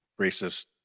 racist